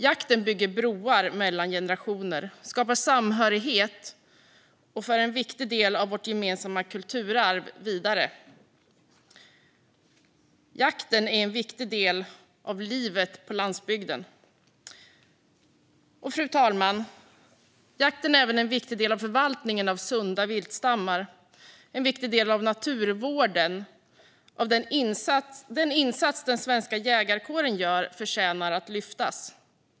Jakten bygger broar mellan generationer, skapar samhörighet och för en viktig del av vårt gemensamma kulturarv vidare. Jakten är en viktig del av livet på landsbygden och, fru talman, även en viktig del av förvaltningen av sunda viltstammar. Den är en viktig del av naturvården. Den insats den svenska jägarkåren gör förtjänar att lyftas.